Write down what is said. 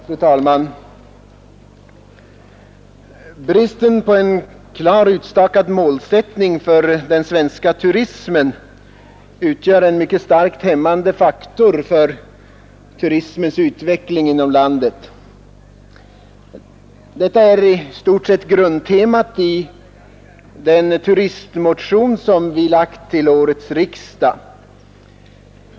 Fru talman! Bristen på en klart utstakad målsättning för svensk turism utgör en starkt hämmande faktor för turismens utveckling inom landet. Detta är grundtemat i vår turistmotion till årets riksdag.